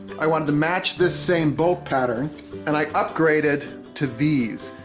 i wanted to match this same bolt pattern and i upgraded to these.